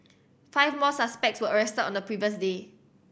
five more suspects were arrested on the previous day